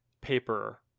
paper